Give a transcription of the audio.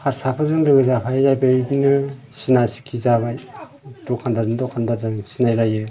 हारसाफोरजों लोगो जाफायै जाफायै बिदिनो सिना सिखि जाबाय दखानदारजों दखानदार आं सिनाय लायो